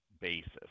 basis